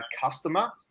customer